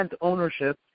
ownership